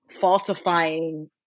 falsifying